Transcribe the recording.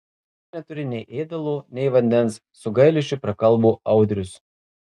jie neturi nei ėdalo nei vandens su gailesčiu prakalbo audrius